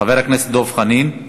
חבר הכנסת דב חנין.